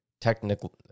Technical